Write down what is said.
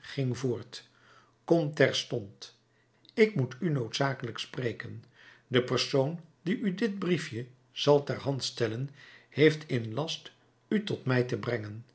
ging voort kom terstond ik moet u noodzakelijk spreken de persoon die u dit briefje zal ter hand stellen heeft in last u tot mij te brengen